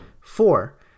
Four